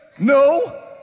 No